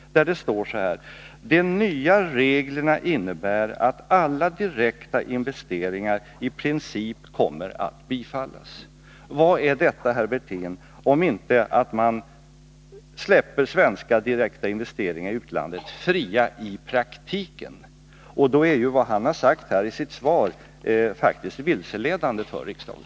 Där står det: ”De nya reglerna innebär att alla direkta investeringar i princip kommer att bifallas.” Vad innebär detta, herr Wirtén, om inte att man i praktiken släpper svenska direkta investeringar i utlandet fria? Då är ju vad herr Wirtén har sagt i sitt svar faktiskt vilseledande för riksdagen.